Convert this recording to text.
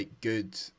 good